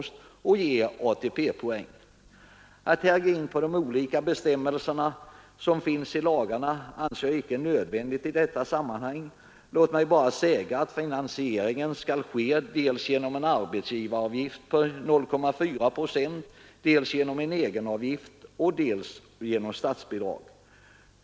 Jag anser det inte nödvändigt att gå in på de olika bestämmelserna i lagarna i detta sammanhang. Låt mig bara säga att finansieringen skall ske dels genom en arbetsgivaravgift på 0,4 procent, dels genom en egenavgift och dels genom statsbidrag.